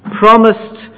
promised